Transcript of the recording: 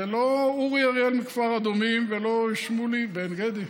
זה לא אורי אריאל מכפר אדומים ולא שמולי בעין גדי,